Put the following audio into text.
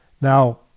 Now